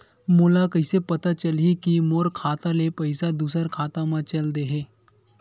मोला कइसे पता चलही कि मोर खाता ले पईसा दूसरा खाता मा चल देहे?